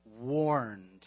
warned